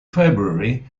february